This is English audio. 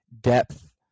depth